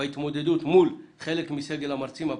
בהתמודדות מול חלק מסגל המרצים הבכיר,